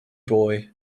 boy